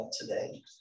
today